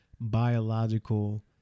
biological